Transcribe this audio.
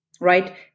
right